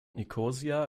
nikosia